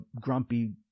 grumpy